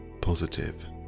positive